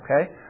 okay